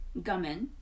Gummin